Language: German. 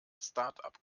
startup